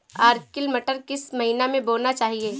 Arkel मटर किस महीना में बोना चाहिए?